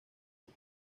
del